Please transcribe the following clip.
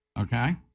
okay